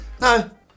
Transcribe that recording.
No